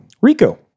Rico